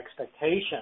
expectation